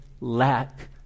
lack